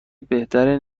بهتر